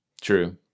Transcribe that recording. True